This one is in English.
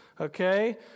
okay